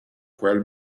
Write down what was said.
quel